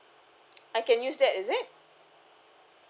I can use that is it